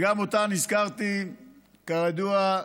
שגם אותן הזכרתי כידוע,